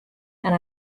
and